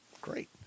great